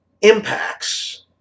impacts